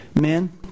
Men